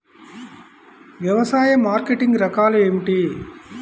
వ్యవసాయ మార్కెటింగ్ రకాలు ఏమిటి?